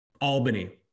Albany